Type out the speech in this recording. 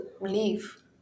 leave